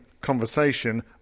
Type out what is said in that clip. conversation